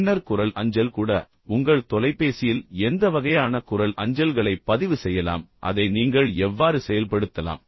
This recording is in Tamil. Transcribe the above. பின்னர் குரல் அஞ்சல் கூட உங்கள் தொலைபேசியில் எந்த வகையான குரல் அஞ்சல்களைப் பதிவு செய்யலாம் அதை நீங்கள் எவ்வாறு செயல்படுத்தலாம்